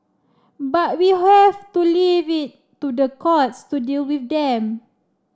but we have to leave it to the courts to deal with them